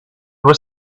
with